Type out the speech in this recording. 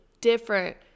different